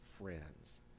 friends